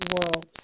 world